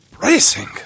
Racing